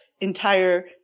entire